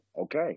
okay